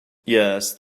that